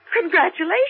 congratulations